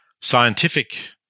scientific